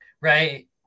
Right